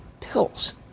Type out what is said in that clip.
pills